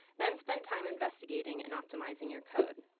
then spend time investigating and optimizing your code.